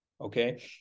okay